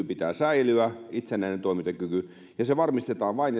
pitää säilyä itsenäinen toimintakyky ja se varmistetaan vain